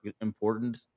important